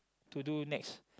to do next